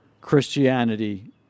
Christianity